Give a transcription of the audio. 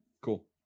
cool